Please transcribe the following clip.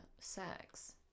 sex